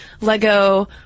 Lego